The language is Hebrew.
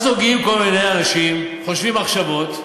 אז הוגים כל מיני אנשים, חושבים מחשבות,